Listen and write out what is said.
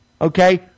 Okay